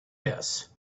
this